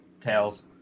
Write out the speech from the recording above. Tails